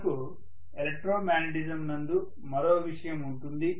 మనకు electromagnetism నందు మరో విషయం ఉంటుంది